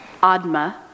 Adma